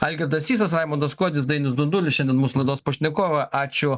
algirdas sysas raimundas kuodis dainius dundulis šiandien mūsų laidos pašnekovai ačiū